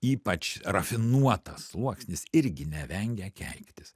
ypač rafinuotas sluoksnis irgi nevengia keiktis